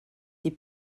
des